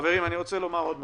אני רוצה לומר עוד משהו.